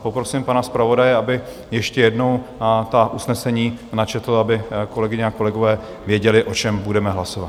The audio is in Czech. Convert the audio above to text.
Poprosím pana zpravodaje, aby ještě jednou ta usnesení načetl, aby kolegyně a kolegové věděli, o čem budeme hlasovat.